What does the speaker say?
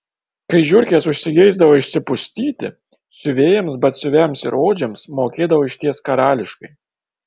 kai žiurkės užsigeisdavo išsipustyti siuvėjams batsiuviams ir odžiams mokėdavo išties karališkai